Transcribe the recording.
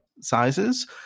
sizes